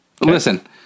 Listen